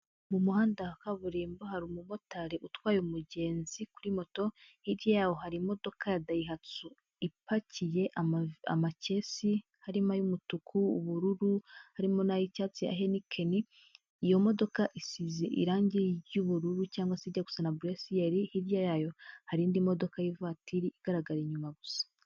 Mu muhanda wa kaburimbo hari umumotari utwaye umugenzi kuri moto, hirya yaho hari imodoka ya dayihatsu ipakiye amakesi, harimo ay'umutuku, ubururu, harimo n'ay'icyatsi ya Henikeni, iyo modoka isize irangi ry'ubururu cyangwa se ijya gusa na buresiyeri, hirya yayo hari indi modoka y'ivatiri igaragara inyuma gusa.